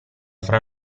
fra